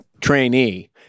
trainee